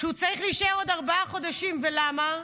שהוא צריך להישאר עוד ארבעה חודשים ולמה?